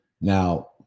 Now